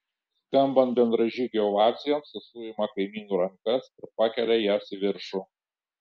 skambant bendražygių ovacijoms jis suima kaimynų rankas ir pakelia jas į viršų